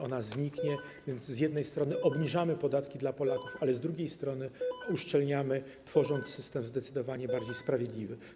Ona zniknie, więc z jednej strony obniżamy podatki Polakom, ale z drugiej strony uszczelniamy to, tworząc system zdecydowanie bardziej sprawiedliwy.